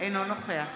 אינו נוכח